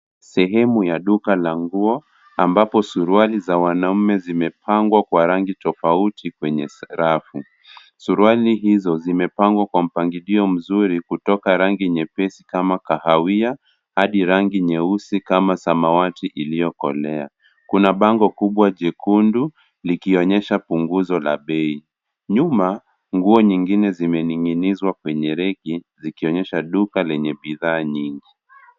Sehemu ya duka la nguo ambapo suruali za wanaume zimepangwa kwa rangi tofauti kwenye rafu. Suruali hizo zimepangwa kwa mpangilio mzuri kutoka rangi nyepesi kama kahawia hadi rangi nyeusi kama samawati iliyokolea. Kuna bango kubwa jekundu likionyesha punguzo la bei. Nyuma nguo zingine zimening'inizwa kwenye reki zikionyesha duka lenye bidhaa nyingi.